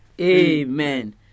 Amen